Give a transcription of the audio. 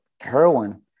heroin